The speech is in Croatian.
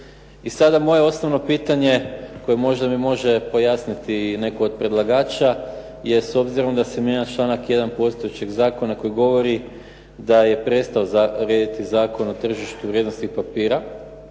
moje osnovno pitanje koje možda mi može pojasniti netko od predlagača je, s obzirom da se mijenja članak 1. postojećeg zakona koji govori da je prestao vrijediti Zakon o tržištu vrijednosnih papira